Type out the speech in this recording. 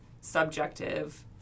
subjective